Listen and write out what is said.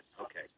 okay